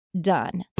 done